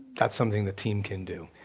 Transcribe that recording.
that's something the team can do.